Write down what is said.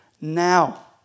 now